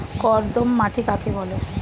কর্দম মাটি কাকে বলে?